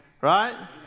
Right